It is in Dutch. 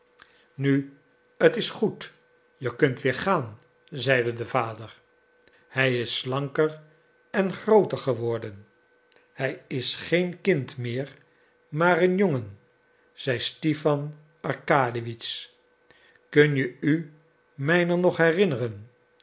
nu t is goed je kunt weer gaan zeide de vader hij is slanker en grooter geworden hij is geen kind meer maar een jongen zeide stipan arkadiewitsch kun je u mijner nog herinneren